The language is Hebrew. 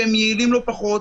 שהם יעילים לא פחות,